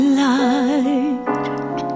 light